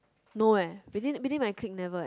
no leh between between my clip never leh